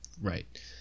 Right